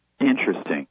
Interesting